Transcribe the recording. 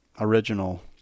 Original